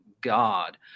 god